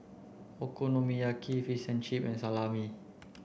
Okonomiyaki Fish and Chip and Salami